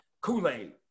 Kool-Aid